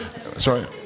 sorry